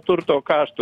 turto karštų